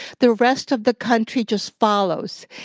the rest of the country just follows.